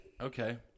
Okay